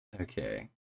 Okay